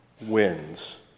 wins